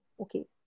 okay